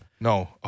No